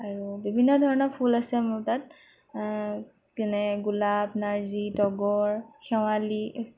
আৰু বিভিন্ন ধৰণৰ ফুল আছে মোৰ তাত যেনে গোলাপ নাৰ্জী তগৰ শেৱালী